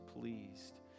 pleased